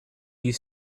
you